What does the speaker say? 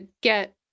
get